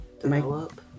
develop